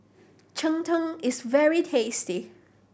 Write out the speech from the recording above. cheng tng is very tasty